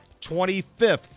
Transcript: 25th